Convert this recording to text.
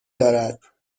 دارد